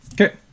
Okay